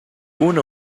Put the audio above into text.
una